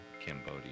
Cambodia